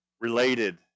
related